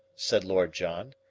said lord john.